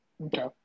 Okay